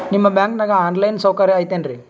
ನಿಮ್ಮ ಬ್ಯಾಂಕನಾಗ online ಸೌಕರ್ಯ ಐತೇನ್ರಿ?